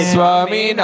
Swami